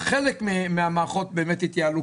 חלק מהמערכות באמת התייעלו,